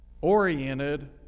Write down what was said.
oriented